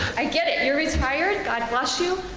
i get it. you're retired, god bless you,